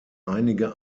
einige